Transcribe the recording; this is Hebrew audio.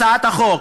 הצעת החוק,